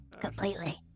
completely